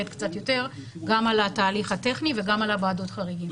גם על התהליך הטכני וגם על ועדות החריגים.